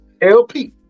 LP